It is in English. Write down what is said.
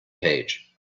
page